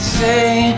Say